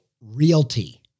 realty